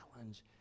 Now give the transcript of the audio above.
challenge